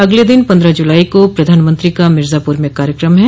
अगले दिन पन्द्रह जुलाई को प्रधानमंत्री का मिर्जापुर में कार्यक्रम है